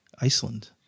Iceland